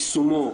יישומו,